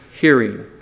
hearing